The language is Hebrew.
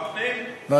הפנים.